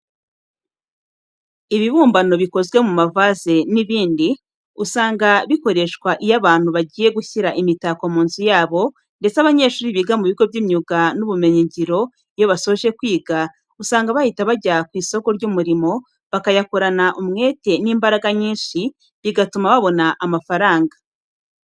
Ibibumbano bikozwe mu mavaze n'ibindi, usanga bikoreshwa iyo abantu bagiye gushyira imitako mu mazu yabo ndetse abanyeshuri biga mu bigo by'imyuga n'ubumenyingiro, iyo basoje kwiga, usanga bahita bajya ku isoko ry'umurimo bakayakorana umwetse n'imbaraga nyinshi bigatuma babona amafaranga.